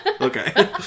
Okay